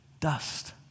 dust